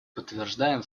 подтверждаем